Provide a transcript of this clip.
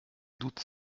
doutes